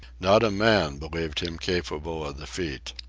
not a man believed him capable of the feat.